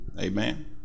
Amen